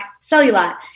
cellulite